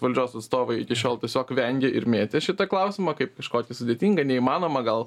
valdžios atstovai iki šiol tiesiog vengė ir mėtė šitą klausimą kaip kažkokį sudėtingą neįmanomą gal